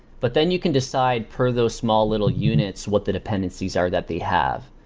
but then, you can decide for those small little units what the dependencies are that they have.